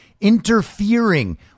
interfering